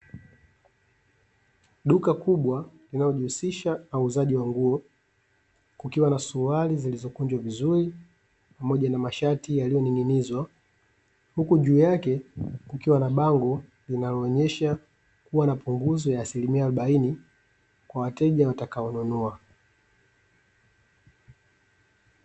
Duka kubwa linalojihusisha na uuzaji wa nguo kukiwa na suruali zilizokunjwa vizuri pamoja, na masharti yaliyoning'inizwa. Huku juu yake kukiwa na bango linaloonyesha kuwa na punguzo ya asilimia arobaini kwa wateja watakaonunua.